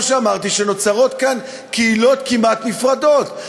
שאמרתי שנוצרות כאן קהילות כמעט נפרדות,